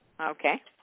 Okay